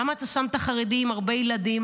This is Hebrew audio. למה אתה שם את החרדי עם הרבה ילדים?